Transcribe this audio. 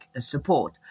support